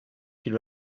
qu’il